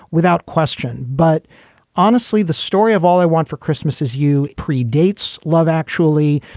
without question. but honestly, the story of all i want for christmas is you pre-dates love, actually.